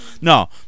No